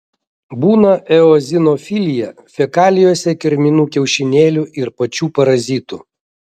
būna eozinofilija fekalijose kirminų kiaušinėlių ir pačių parazitų